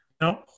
No